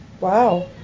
Wow